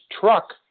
truck